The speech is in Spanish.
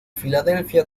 philadelphia